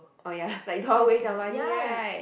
oh ya like don't want waste your money right